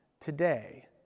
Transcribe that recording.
today